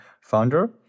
founder